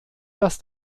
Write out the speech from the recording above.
dass